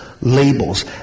labels